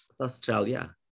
Australia